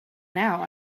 now